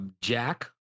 Jack